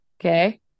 Okay